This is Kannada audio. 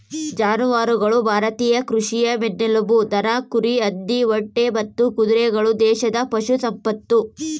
ಜಾನುವಾರುಗಳು ಭಾರತೀಯ ಕೃಷಿಯ ಬೆನ್ನೆಲುಬು ದನ ಕುರಿ ಹಂದಿ ಒಂಟೆ ಮತ್ತು ಕುದುರೆಗಳು ದೇಶದ ಪಶು ಸಂಪತ್ತು